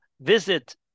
visit